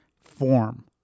form